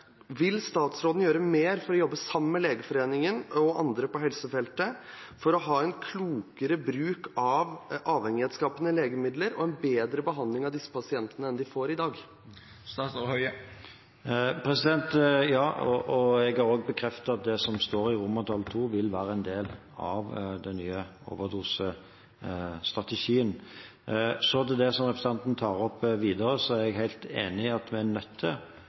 Vil statsråden gjøre mer for å jobbe sammen med Legeforeningen og andre på helsefeltet for å få en klokere bruk av avhengighetsskapende legemidler og en bedre behandling av disse pasientene enn i dag? Ja, og jeg har også bekreftet at det som står i II, vil være en del av den nye overdosestrategien. Så til det som representanten tar opp videre: Jeg er helt enig i at vi er nødt til